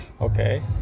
Okay